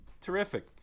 Terrific